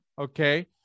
okay